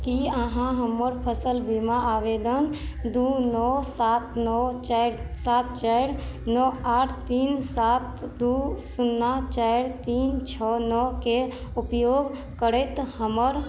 की अहाँ हमर फसल बीमा आवेदन दू नओ सात नओ चारि सात चारि नओ आठ तीन सात दू शुन्ना चारि तीन छओ नओके उपयोग करैत हमर